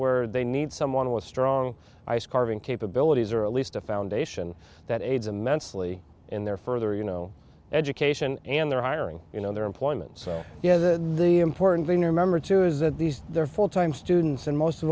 where they need someone with strong ice carving capabilities or at least a foundation that aids immensely in their further you know education and they're hiring you know their employment so you know the important thing to remember too is that these they're full time students and most of